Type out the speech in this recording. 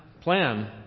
plan